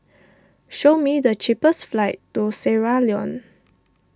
show me the cheapest flights to Sierra Leone